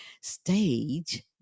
stage